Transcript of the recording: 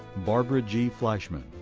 barbara g. fleischman.